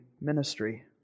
ministry